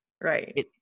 Right